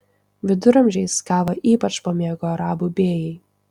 viduramžiais kavą ypač pamėgo arabų bėjai